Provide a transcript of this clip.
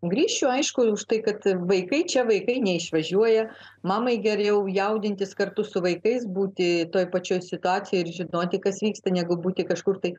grįšiu aišku už tai kad vaikai čia vaikai neišvažiuoja mamai geriau jaudintis kartu su vaikais būti toj pačioj situacijoj ir žinoti kas vyksta negu būti kažkur tai